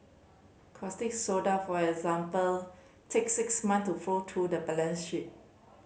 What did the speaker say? caustic soda for example take six months to fall to the balance sheet